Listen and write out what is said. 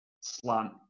slant